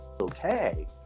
okay